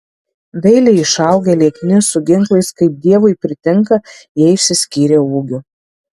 dailiai išaugę liekni su ginklais kaip dievui pritinka jie išsiskyrė ūgiu